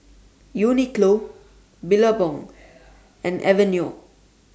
Uniqlo Billabong and Aveeno